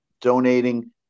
donating